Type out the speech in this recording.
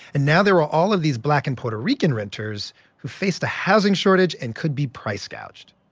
and now there are all of these black and puerto rican renters who faced a housing shortage and could be price gouged,